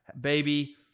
baby